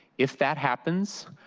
if that happens,